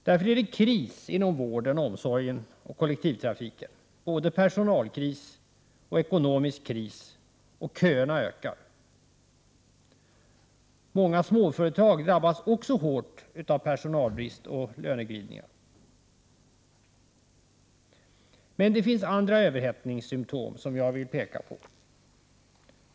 Därmed är det både en personalkris och en ekonomisk kris inom vård, omsorg och kollektivtrafik, och köerna ökar. Många småföretag drabbas hårt av personalbrist och löneglidningar. Det finns andra överhettningssymtom som jag gärna vill påpeka.